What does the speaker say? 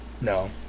No